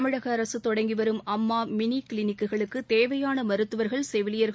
தமிழக அரசு தொடங்கி வரும் அம்மா மினி கிளினிக்குகளுக்கு தேவையான மருத்துவர்கள் செவிலியர்கள்